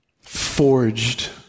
forged